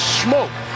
smoke